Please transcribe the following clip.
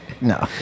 No